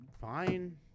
fine